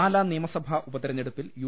പാലാ നിയമസഭാ ഉപതെരഞ്ഞെടുപ്പിൽ യു